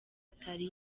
atari